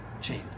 chain